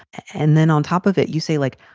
and then on top of it, you say, like,